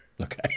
Okay